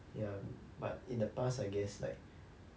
ya but in the past I guess like